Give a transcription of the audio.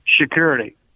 security